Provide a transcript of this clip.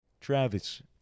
Travis